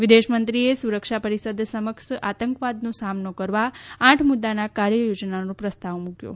વિદેશમંત્રીએ સુરક્ષા પરિષદ સમક્ષ આતંકવાદનો સામનો કરવા આઠ મુદ્દાના કાર્ય યોજનાનો પ્રસ્તાવ મુકાયો